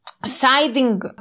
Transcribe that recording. siding